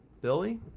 Billy